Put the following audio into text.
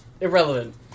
irrelevant